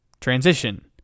transition